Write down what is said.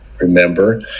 remember